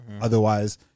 Otherwise